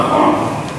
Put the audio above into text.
נכון.